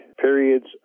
periods